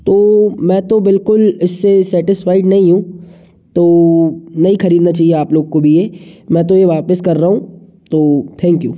तो मैं तो बिलकुल इससे सेटिस्फाइड नहीं हूँ तो नहीं खरीदना चाहिए आप लोग को भी ये मैं तो ये वापस कर रहा हूँ तो थैंक यू